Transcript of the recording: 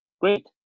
Great